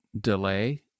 delay